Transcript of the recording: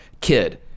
kid